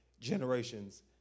generations